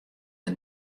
der